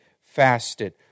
fasted